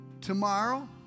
tomorrow